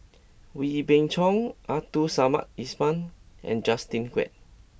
Wee Beng Chong Abdul Samad Ismail and Justin Quek